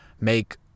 make